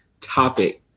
topic